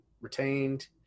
retained